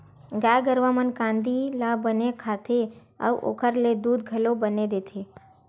गाय गरूवा मन कांदी ल बने खाथे अउ ओखर ले दूद घलो बने देथे